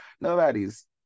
nobody's